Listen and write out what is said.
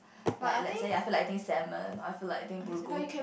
like let's say I feel like eating salmon or I feel like eating bulgogi